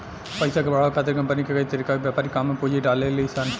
पइसा के बढ़ावे खातिर कंपनी कई तरीका के व्यापारिक काम में पूंजी डलेली सन